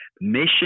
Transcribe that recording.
Mission